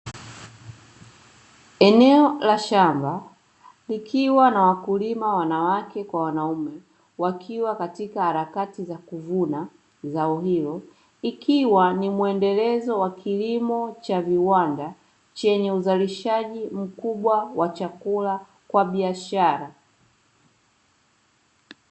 Eneo la shamba likiwa na wakulima wanawake kwa wanaume wakiwa katika harakati za kuvuna zao hilo, ikiwa ni mwendelezo wa kilimo cha viwanda chenye uzalishaji mkubwa wa chakula kwa biashara.